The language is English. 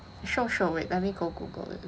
瘦瘦 wait let me go google it